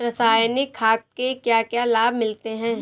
रसायनिक खाद के क्या क्या लाभ मिलते हैं?